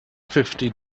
fifty